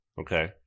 Okay